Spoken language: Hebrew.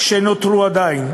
שנותרו עדיין.